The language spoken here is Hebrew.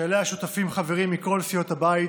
שאליה שותפים חברים מכל סיעות הבית